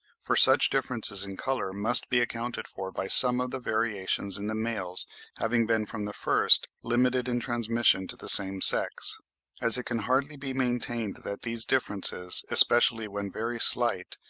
for such differences in colour must be accounted for by some of the variations in the males having been from the first limited in transmission to the same sex as it can hardly be maintained that these differences, especially when very slight,